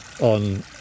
on